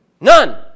None